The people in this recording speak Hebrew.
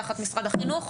תחת משרד החינוך,